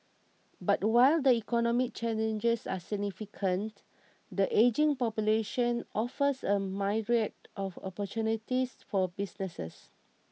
but while the economic challenges are significant the ageing population offers a myriad of opportunities for businesses